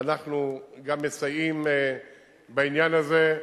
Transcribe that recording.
ואנחנו גם מסייעים בעניין הזה,